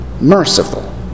merciful